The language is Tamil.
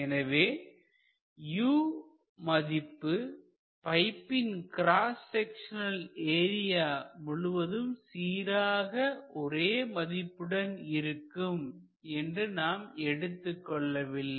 எனவே u மதிப்பு பைப்பின் கிராஸ் செக்சநல் ஏரியா முழுவதும் சீரான ஒரே மதிப்புடன் இருக்கும் என்று நாம் எடுத்துக் கொள்ளவில்லை